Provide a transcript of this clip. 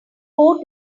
fort